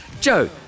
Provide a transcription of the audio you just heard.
Joe